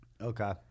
okay